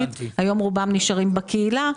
היום רובם נשארים בקהילה,